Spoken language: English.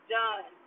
done